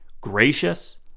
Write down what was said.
gracious